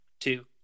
two